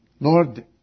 Lord